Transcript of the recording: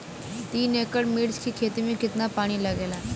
तीन एकड़ मिर्च की खेती में कितना पानी लागेला?